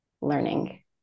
learning